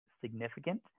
significant